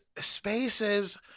spaces